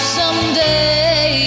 someday